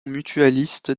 mutualistes